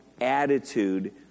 attitude